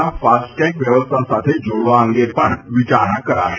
ના FASTag વ્યવસ્થા સાથે જોડવા અંગે પણ વિચારણા કરાશે